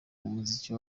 umuziki